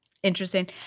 Interesting